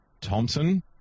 Thompson